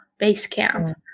Basecamp